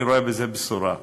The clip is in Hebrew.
אני רואה בזה בשורה.